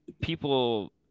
people